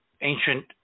ancient